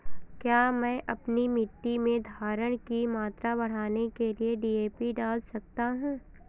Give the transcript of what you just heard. क्या मैं अपनी मिट्टी में धारण की मात्रा बढ़ाने के लिए डी.ए.पी डाल सकता हूँ?